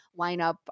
lineup